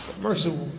Mercy